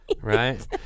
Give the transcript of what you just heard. Right